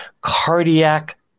cardiac